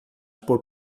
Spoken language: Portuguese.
por